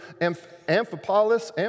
Amphipolis